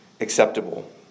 acceptable